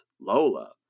Lola